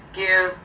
give